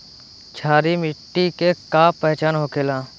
क्षारीय मिट्टी के का पहचान होखेला?